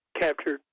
captured